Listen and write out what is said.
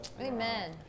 Amen